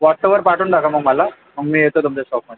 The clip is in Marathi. वॉट्सअपवर पाठवून टाका मग मला मग मी येतो तुमच्या शॉपमध्ये